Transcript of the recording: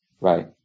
Right